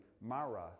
mara